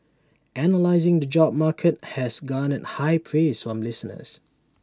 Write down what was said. analysing the job market has garnered high praise from listeners